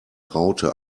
raute